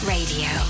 Radio